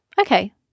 okay